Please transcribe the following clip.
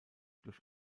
durch